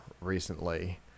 recently